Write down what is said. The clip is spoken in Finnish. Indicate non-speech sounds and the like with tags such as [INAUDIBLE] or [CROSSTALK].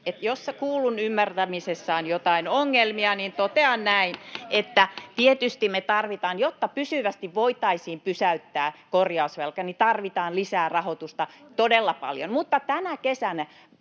että jos kuullun ymmärtämisessä on joitain ongelmia, [NOISE] niin totean näin, että tietysti me tarvitaan, jotta pysyvästi voitaisiin pysäyttää korjausvelka, lisää rahoitusta todella paljon, mutta tänä kesänä